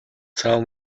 tell